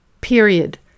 period